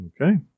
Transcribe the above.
okay